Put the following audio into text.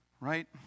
right